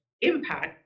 impact